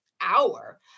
hour